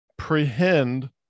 prehend